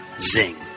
Zing